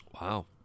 Wow